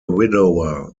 widower